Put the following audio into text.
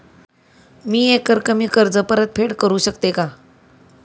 मी एकरकमी कर्ज परतफेड करू शकते का?